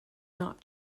not